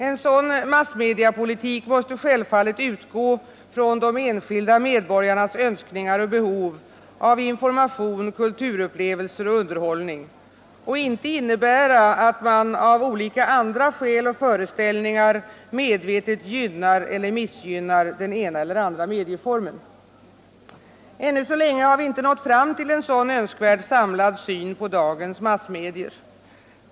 En sådan massmediepolitik måste självfallet utgå från de enskilda medborgarnas önskningar och behov av information, kulturupplevelser och underhållning och inte innebära att man, av olika andra skäl och föreställningar, medvetet gynnar eller missgynnar den ena eller andra medieformen. Ännu så länge har vi inte nått fram till en sådan önskvärd samlad syn på dagens massmedier.